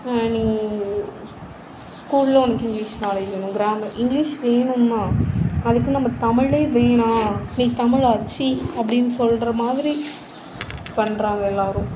நீ ஸ்கூல்ல உனக்கு இங்கிலீஷ் நாலேஜ் வேணும் கிராமர் இங்கிலீஷ் வேணும் தான் அதுக்குன்னு நம்ம தமிழே வேணாம் நீ தமிழா சீ அப்படின்னு சொல்கிறமாதிரி பண்றாங்க எல்லாரும்